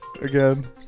again